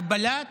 הגבלת